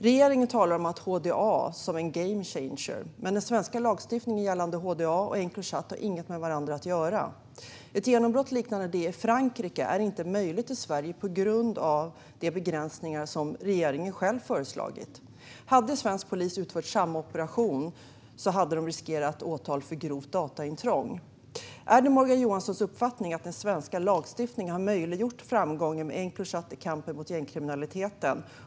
Regeringen talar om HDA som en game changer, men den svenska lagstiftningen gällande HDA och Encrochat har inget med varandra att göra. Ett genombrott liknande det i Frankrike är inte möjligt i Sverige på grund av de begränsningar som regeringen själv föreslagit. Hade svensk polis utfört samma operation hade de riskerat åtal för grovt dataintrång. Är det Morgan Johanssons uppfattning att den svenska lagstiftningen har möjliggjort framgången med Encrochat i kampen mot gängkriminaliteten?